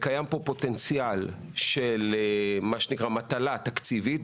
קיים פה פוטנציאל של מטלה תקציבית.